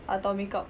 atau makeup